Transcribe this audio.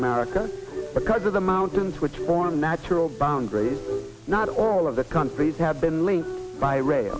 america because of the mountains which form natural boundaries not all of the countries have been linked by ra